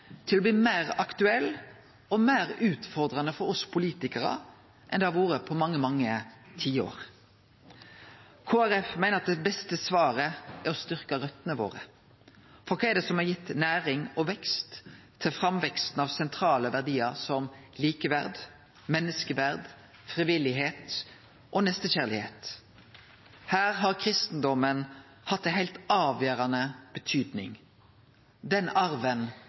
til å bli meir aktuell og meir utfordrande for oss politikarar enn han har vore på mange tiår. Kristeleg Folkeparti meiner at det beste svaret er å styrkje røtene våre. For kva er det som har gitt næring til framveksten av sentrale verdiar som likeverd, menneskeverd, frivilligheit og nestekjærleik? Her har kristendomen hatt ei heilt avgjerande betydning. Den arven